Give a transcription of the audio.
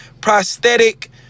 prosthetic